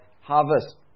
harvest